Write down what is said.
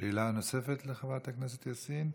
שאלה נוספת לחברת הכנסת יאסין,